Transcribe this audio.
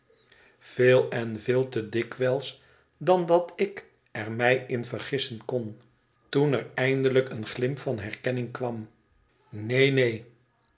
veel en veel te dikwijls dan dat ik er mij in vergissen kon toen er eindelijk een glimp van herkenning kwam i neen neen